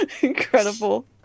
Incredible